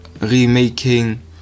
remaking